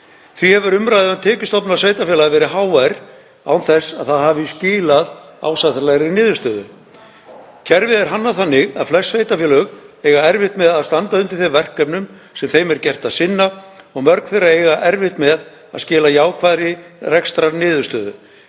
Því hefur umræðan um tekjustofna sveitarfélaga verið hávær án þess að það hafi skilað ásættanlegri niðurstöðu. Kerfið er hannað þannig að flest sveitarfélög eiga erfitt með að standa undir þeim verkefnum sem þeim er gert að sinna og mörg þeirra eiga erfitt með að skila jákvæðri rekstrarniðurstöðu.